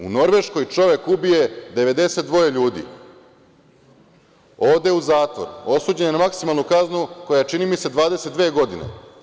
U Norveškoj čovek ubije 92 ljudi, ode u zatvor, osuđen je na maksimalnu kaznu koja je, čini mi se, 22 godine.